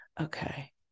okay